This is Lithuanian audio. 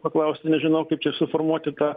paklausti nežinau kaip čia suformuoti tą